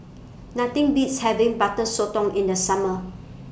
Nothing Beats having Butter Sotong in The Summer